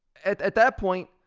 at at that point,